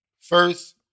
First